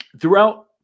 throughout